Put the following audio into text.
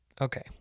Okay